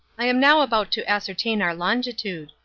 i am now about to ascertain our longitude.